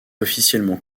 officiellement